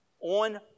on